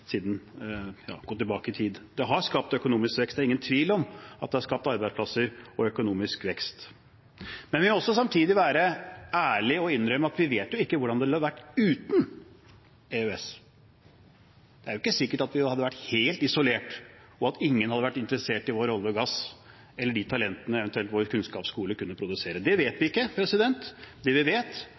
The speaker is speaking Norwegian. tilbake i tid. Det er skapt økonomisk vekst – det er ingen tvil om at det er skapt arbeidsplasser og økonomisk vekst. Men vi må også samtidig være ærlige og innrømme at vi vet jo ikke hvordan det ville ha vært uten EØS. Det er jo ikke sikkert at vi hadde vært helt isolert, og at ingen hadde vært interessert i vår olje og gass eller de talentene vår kunnskapsskole eventuelt kunne produsere. Det vet vi ikke. Det vi vet